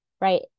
right